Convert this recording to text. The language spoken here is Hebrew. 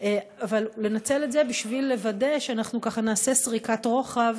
לנצל את זה בשביל לוודא שנעשה סריקת רוחב